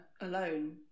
alone